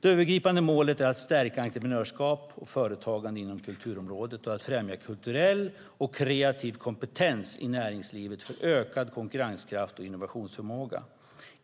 Det övergripande målet är att stärka entreprenörskap och företagande inom kulturområdet och att främja kulturell och kreativ kompetens i näringslivet för ökad konkurrenskraft och innovationsförmåga.